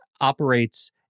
operates